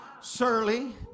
surly